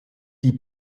die